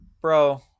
Bro